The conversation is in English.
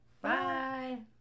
Bye